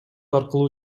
аркылуу